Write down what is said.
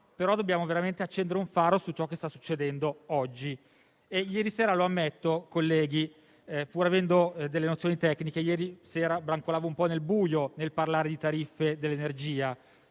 ma dobbiamo veramente accendere un faro su ciò che sta succedendo oggi. Colleghi, ammetto che, pur avendo delle nozioni tecniche, ieri sera brancolavo un po' nel buio nel parlare di tariffe dell'energia.